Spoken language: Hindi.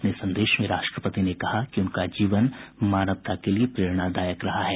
अपने संदेश में राष्ट्रपति ने कहा कि उनका जीवन मानवता के लिए प्रेरणादायक रहा है